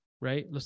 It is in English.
Right